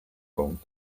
con